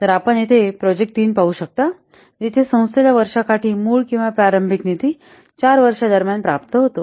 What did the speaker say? तर आपण येथे प्रोजेक्ट 3 पाहू शकता जिथे संस्थेला वर्षाकाठी मूळ किंवा प्रारंभिक निधी 4 वर्ष दरम्यान प्राप्त होतो